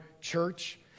church